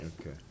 Okay